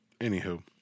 anywho